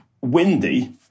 windy